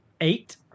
Eight